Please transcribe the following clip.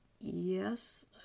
Yes